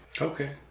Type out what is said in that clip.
Okay